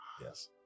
Yes